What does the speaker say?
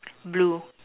blue